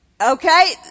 Okay